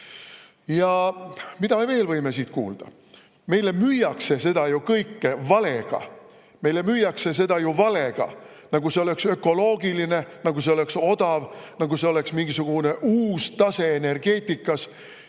Mida me veel võime siit kuulda? Meile müüakse seda kõike valega. Meile müüakse seda valega, nagu see oleks ökoloogiline, nagu see oleks odav, nagu see oleks mingisugune uus tase energeetikas,